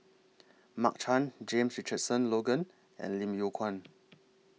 Mark Chan James Richardson Logan and Lim Yew Kuan